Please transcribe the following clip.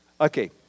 Okay